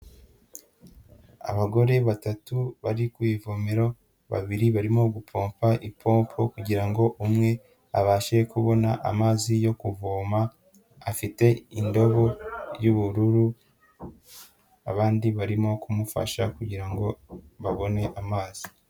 Abagore batatu bari ku ivomero, babiri barimo gupompa ipompo kugira ngo umwe abashe kubona amazi yo kuvoma, afite indobo y'ubururu, abandi barimo kumufasha kugira ngo babone amazi.